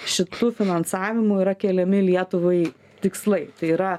šitu finansavimu yra keliami lietuvai tikslai tai yra